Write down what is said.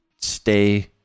stay